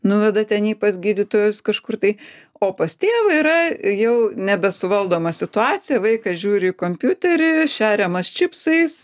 nuveda ten jį pas gydytojus kažkur tai o pas tėvą yra jau nebesuvaldoma situacija vaikas žiūri kompiuterį šeriamas čipsais